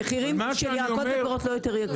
המחירים של ירקות ופירות לא יותר יקרים.